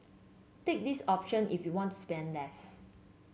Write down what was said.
take this option if you want to spend less